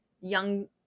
young